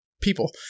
People